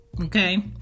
Okay